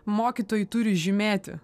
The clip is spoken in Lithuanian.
mokytojai turi žymėti